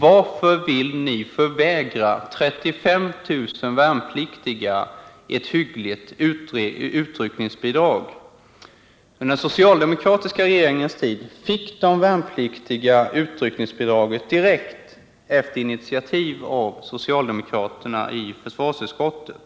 Varför vill ni förvägra 35 000 värnpliktiga ett hyggligt utryckningsbidrag? Under den socialdemokratiska regeringens tid fick de värnpliktiga utryckningsbidraget direkt, efter initiativ av socialdemokraterna i försvarsutskottet.